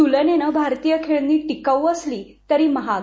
तूलनेनं भारतीय खेळणी टिकाऊ असली तरी महाग